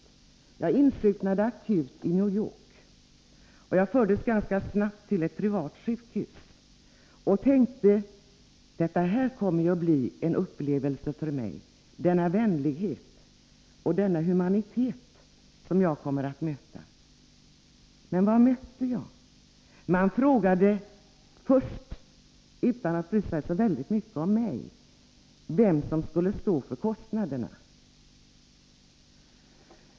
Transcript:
Jag insjuknade akut i New York och fördes ganska snabbt till ett privatsjukhus. Jag tänkte att detta skulle bli en upplevelse för mig: den vänlighet och humanitet som jag skulle komma att möta. Men vad mötte jag? Man frågade först, utan att så mycket bry sig om mig, vem som skulle stå för kostnaderna.